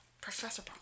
Professor